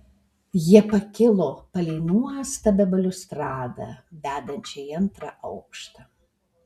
jie pakilo palei nuostabią baliustradą vedančią į antrą aukštą